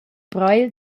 breil